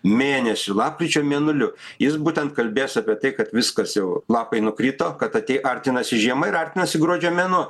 mėnesiu lapkričio mėnuliu jis būtent kalbės apie tai kad viskas jau lapai nukrito kad atei artinasi žiema ir artinasi gruodžio mėnuo